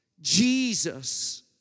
Jesus